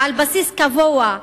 על בסיס קבוע,